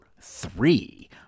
three